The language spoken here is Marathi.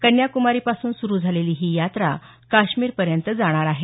कन्याक्मारीपासून सुरु झालेली ही यात्रा काश्मीरपर्यंत जाणार आहे